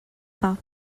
pas